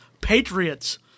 patriots